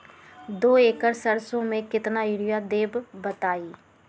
दो एकड़ सरसो म केतना यूरिया देब बताई?